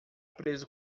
preso